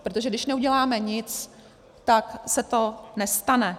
Protože když neuděláme nic, tak se to nestane.